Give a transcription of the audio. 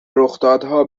رخدادها